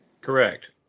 Correct